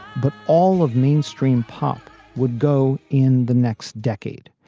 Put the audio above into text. but all of mainstream pop would go in the next decade,